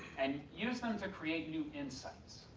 and use them to create new insights.